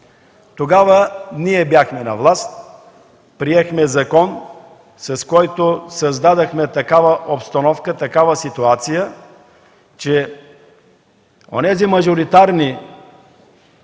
Тогава ние бяхме на власт, приехме закон, с който създадохме такава обстановка, такава ситуация, че онези мажоритарни